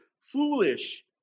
foolish